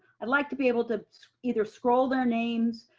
i'd like to be able to either scroll their names.